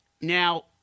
now